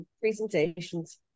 presentations